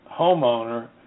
homeowner